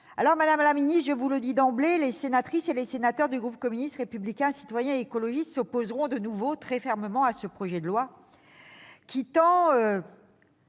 Madame la ministre, je vous le dis d'emblée, les sénatrices et les sénateurs du groupe communiste républicain citoyen et écologiste s'opposeront de nouveau très fermement à ce projet de loi, qui tend